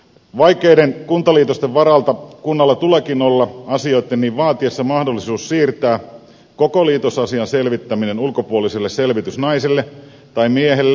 vaikeiden kuntaliitosten varalta kunnalla tuleekin olla asioitten niin vaatiessa mahdollisuus siirtää koko liitosasian selvittäminen ulkopuoliselle selvitysnaiselle tai miehelle